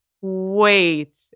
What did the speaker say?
Wait